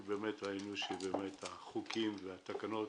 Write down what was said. כי ראינו את החוקים והתקנות